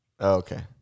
okay